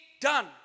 Done